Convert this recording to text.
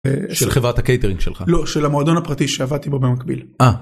‫של חברת הקייטרינג שלך? ‫-לא, של המועדון הפרטי שעבדתי בו במקביל.